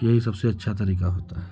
यही सबसे अच्छा तरीका होता है